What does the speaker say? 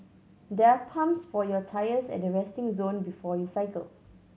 there are pumps for your tyres at the resting zone before you cycle